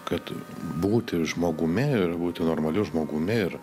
kad būti žmogumi ir būti normaliu žmogumi ir